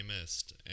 missed